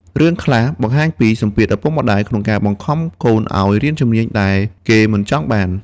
រឿងខ្លះបង្ហាញពី សម្ពាធឪពុកម្តាយ ក្នុងការបង្ខំកូនឱ្យរៀនជំនាញដែលគេមិនចង់បាន។